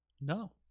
No